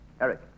Eric